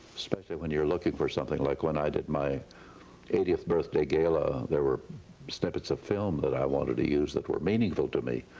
especially when you're looking for something, like when i did my eightieth birthday gala, there were snippets of film that i wanted to use that were meaningful to me,